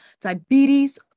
diabetes